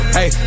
Hey